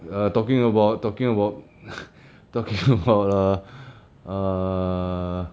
err talking about talking about talking about err err